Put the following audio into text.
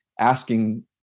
asking